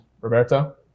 roberto